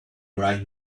right